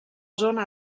zona